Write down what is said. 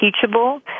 teachable